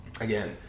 again